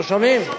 לא שומעים.